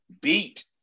beat